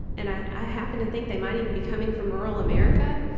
and i happen to think they might even be coming from rural america,